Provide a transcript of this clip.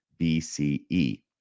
bce